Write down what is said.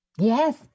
Yes